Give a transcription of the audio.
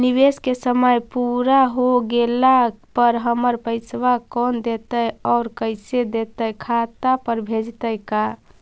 निवेश के समय पुरा हो गेला पर हमर पैसबा कोन देतै और कैसे देतै खाता पर भेजतै का?